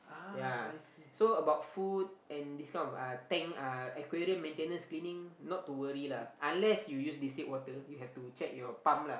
ya so about food and this kind of uh tank uh aquarium maintenance cleaning not to worry lah unless you use distilled water you have to check your pump lah